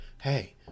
Hey